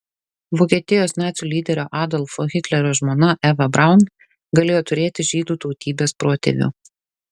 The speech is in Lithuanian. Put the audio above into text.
vokietijos nacių lyderio adolfo hitlerio žmona eva braun galėjo turėti žydų tautybės protėvių